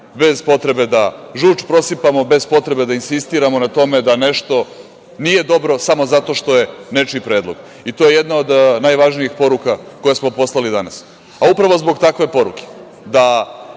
bez potrebe da žuč prosipamo, bez potrebe da insistiramo na tome da nešto nije dobro samo zato što je nečiji predlog i to je jedna od najvažnijih poruka koje smo poslali danas. Upravo zbog takve poruke